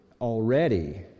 already